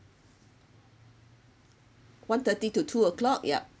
one thirty to two o'clock yup